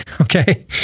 Okay